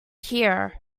here